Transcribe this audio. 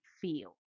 feel